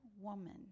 woman